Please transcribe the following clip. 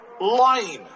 lying